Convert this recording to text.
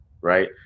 right